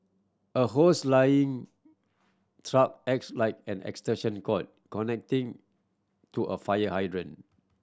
a hose laying truck acts like an extension cord connecting to a fire hydrant